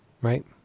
right